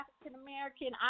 African-American